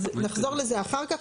אז נחזור לזה אחר כך,